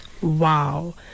Wow